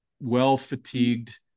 well-fatigued